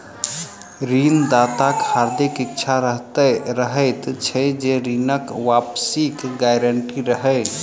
ऋण दाताक हार्दिक इच्छा रहैत छै जे ऋणक वापसीक गारंटी रहय